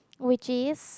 which is